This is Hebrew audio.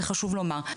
חשוב לומר.